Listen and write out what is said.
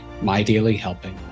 MyDailyHelping